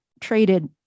traded